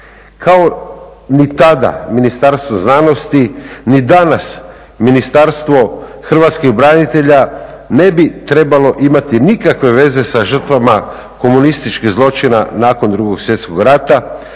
Kao ni tada Ministarstvo znanosti ni danas Ministarstvo hrvatskih branitelja ne bi trebalo imati nikakve veze sa žrtvama komunističkih zločina nakon 2.svjetskog rata